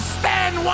stand